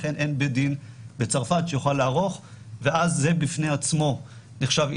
לכן אין בית דין בצרפת שיוכל לערוך וזה בפני עצמו נחשב עילה.